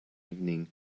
evening